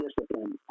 discipline